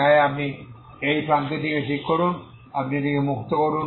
তাই আপনি এই প্রান্তটি ঠিক করুন আপনি এটিকে মুক্ত করুন